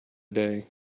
day